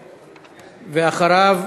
ואחריו,